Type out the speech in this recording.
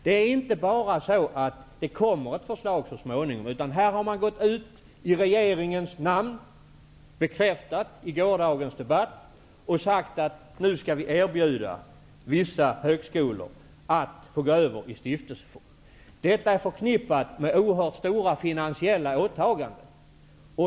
Det är inte bara så att ett förslag skall komma så småningom, utan här har man uttalat sig i regeringens namn, bekräftat i gårdagens debatt, och sagt att vissa högskolor nu skall erbjudas att få gå över i stiftelseform. Detta är förknippat med oerhört stora finansiella åtaganden.